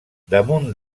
damunt